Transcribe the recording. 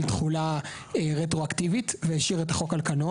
תחולה רטרואקטיבית והשאיר את החוק על קנו.